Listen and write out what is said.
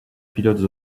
pilotes